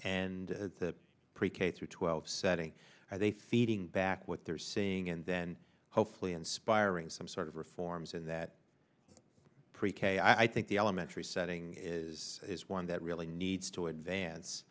and the pre k through twelve setting are they feeding back what they're seeing and then hopefully inspiring some sort of reforms in that pre k i think the elementary setting is is one that really needs to advance